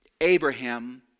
Abraham